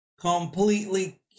Completely